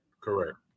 Correct